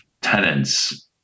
tenants